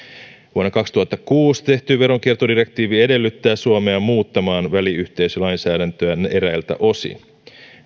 vuonna kaksituhattakuusi tehty veronkiertodirektiivi edellyttää suomea muuttamaan väliyhteisölainsäädäntöään eräiltä osin